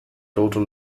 total